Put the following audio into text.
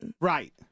right